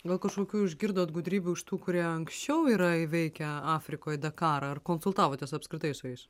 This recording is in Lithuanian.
gal kažkokių išgirdot gudrybių iš tų kurie anksčiau yra įveikę afrikoj dakarą ar konsultavotės apskritai su jais